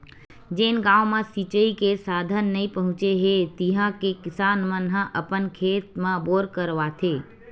जेन गाँव म सिचई के साधन नइ पहुचे हे तिहा के किसान मन ह अपन खेत म बोर करवाथे